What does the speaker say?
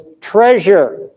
treasure